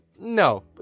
No